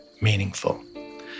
meaningful